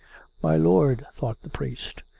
my lord! thought the priest.